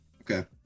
Okay